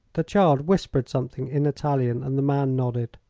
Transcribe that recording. the child whispered something in italian, and the man nodded.